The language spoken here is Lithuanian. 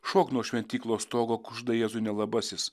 šok nuo šventyklos stogo kužda jėzui nelabasis